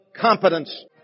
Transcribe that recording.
competence